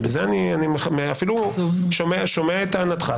אני אפילו שומע את טענתך,